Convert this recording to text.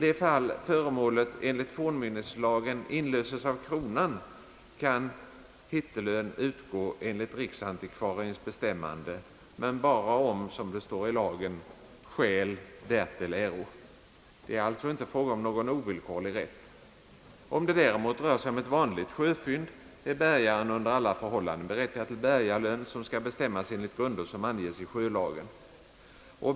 Ifall föremålet enligt fornminneslagen inlöses av kronan, kan hittelön utgå enligt riksantikvariens bestämmande, men bara som det står i lagen, »om skäl därtill äro». Det är alltså inte fråga om någon ovillkorlig rätt. Om det däremot rör sig om ett vanligt sjöfynd, är bärgaren under alla förhållanden berättigad till bärgarlön, som skall bestämmas enligt grunder som anges i sjölagen.